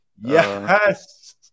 Yes